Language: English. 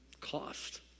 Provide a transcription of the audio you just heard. Cost